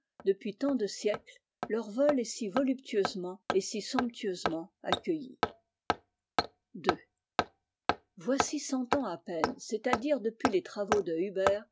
depuis tant de siècles leur vol est si voluptusèment et si somptueusement accueilli voici cent ans à peine c'est-à-dire depuis les travaux de huber